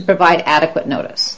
provide adequate notice